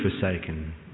forsaken